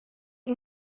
der